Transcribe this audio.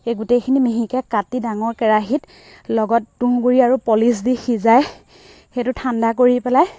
এই গোটেইখিনি মিহিকৈ কাটি ডাঙৰ কেৰাহীত লগত তুঁহ গুৰি আৰু পলিচ দি সিজাই সেইটো ঠাণ্ডা কৰি পেলাই